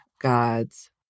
gods